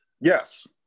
Yes